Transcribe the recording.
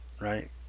right